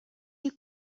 you